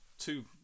Two